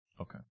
okay